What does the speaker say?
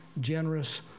generous